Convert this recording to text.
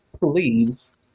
please